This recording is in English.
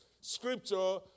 scripture